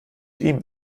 ihm